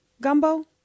gumbo